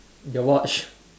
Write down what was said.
your watch